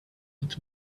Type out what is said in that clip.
its